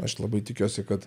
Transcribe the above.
aš labai tikiuosi kad